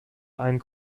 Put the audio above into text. ein